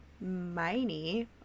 miney